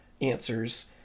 answers